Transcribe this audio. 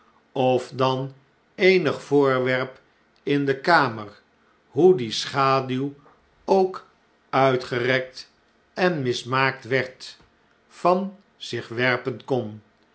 of dan eenig voorwerp in de kamer hoe die schaduw ook uitgerekt en mismaakt werd van zich werpen kon